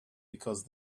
because